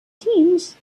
teams